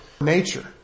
nature